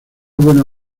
buena